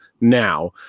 now